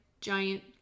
giant